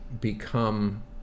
become